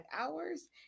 hours